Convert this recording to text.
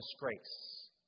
disgrace